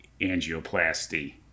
angioplasty